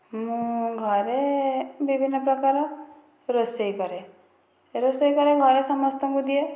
ମୁଁ ଘରେ ବିଭିନ୍ନ ପ୍ରକାର ରୋଷେଇ କରେ ରୋଷେଇ କରେ ଘରେ ସମସ୍ତଙ୍କୁ ଦିଏ